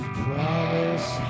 promise